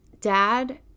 dad